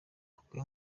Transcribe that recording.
kubwe